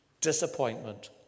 disappointment